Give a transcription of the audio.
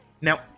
Now